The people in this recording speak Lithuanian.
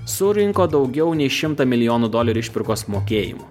surinko daugiau nei šimtą milijonų dolerių išpirkos mokėjimų